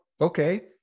okay